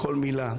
כל מילה,